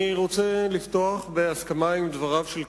אני רוצה לפתוח בהסכמה עם דבריו של קודמי,